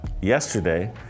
Yesterday